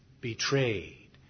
betrayed